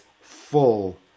full